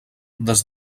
des